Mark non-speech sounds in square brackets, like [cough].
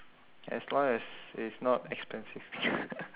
as long as it's not expensive [laughs]